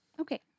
Okay